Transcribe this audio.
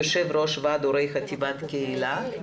יושבת-ראש ועד הורי חטיבת קהילה,